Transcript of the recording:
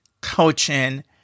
coaching